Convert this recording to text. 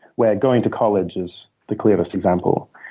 where going to college is the clearest example.